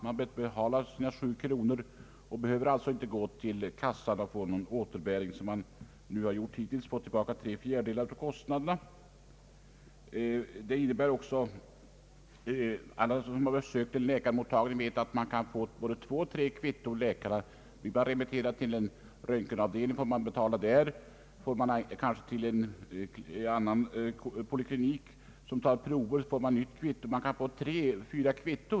Patienten skall betala 7 kronor för läkarbesöket och behöver inte som hittills gå till försäkringskassan för att få tillbaka tre fjärdedelar av kostnaderna. Alla som har besökt en läkarmottagning vet att patienten kan få både två, tre och fyra kvitton. Han kan bli remitterad till en röntgenavdelning och får betala mot kvitto där, han kan bli remitterad till en annan poliklinik där det tas vissa prover, och då får han ett nytt kvitto.